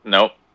Nope